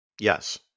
Yes